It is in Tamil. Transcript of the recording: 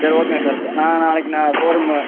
சரி ஓகேங்க சார் நான் நாளைக்கு நான் ஷோரூமு